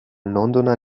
londoner